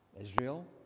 Israel